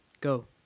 Go